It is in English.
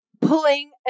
pulling